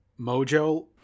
mojo